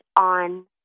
on